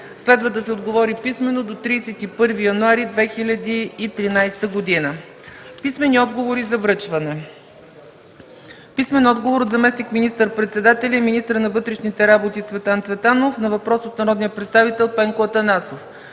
Следва да се отговори писмено до 31 януари 2013 г. Писмени отговори за връчване от: - заместник министър-председателя и министър на вътрешните работи Цветан Цветанов на въпрос от народния представител Пенко Атанасов;